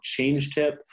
ChangeTip